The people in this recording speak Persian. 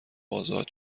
آزاد